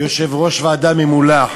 יושב-ראש ועדה ממולח,